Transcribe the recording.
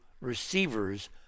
receivers